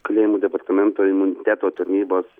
kalėjimų departamento imuniteto tarnybos